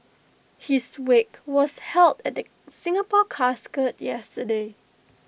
his wake was held at the Singapore casket yesterday